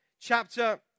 chapter